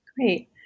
Great